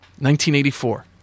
1984